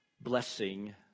blessing